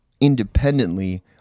independently